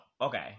okay